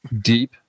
deep